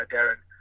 Darren